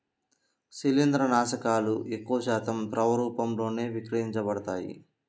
శిలీంద్రనాశకాలు ఎక్కువశాతం ద్రవ రూపంలోనే విక్రయించబడతాయి